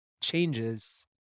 changes